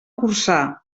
corçà